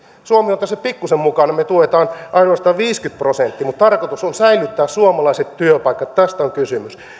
suomi on tässä pikkusen mukana me tuemme ainoastaan viisikymmentä prosenttia mutta tarkoitus on säilyttää suomalaiset työpaikat tästä on kysymys